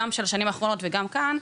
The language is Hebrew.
גם של השנים האחרונות וגם כאן.